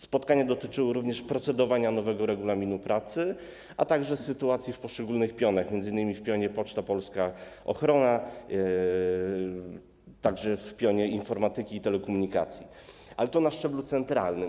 Spotkania dotyczyły również procedowania nowego regulaminu pracy, a także sytuacji w poszczególnych pionach, m.in. w Pionie Poczta Polska Ochrona, także w Pionie Informatyki i Telekomunikacji, ale to na szczeblu centralnym.